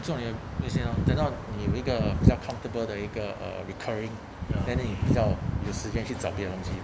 做你的余闲 orh 等到你有一个多 comfortable 的一个 uh recurring then 你比较有时间去找别的东西